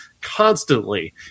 constantly